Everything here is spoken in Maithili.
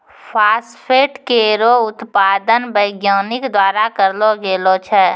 फास्फेट केरो उत्पादन वैज्ञानिक द्वारा करलो गेलो छै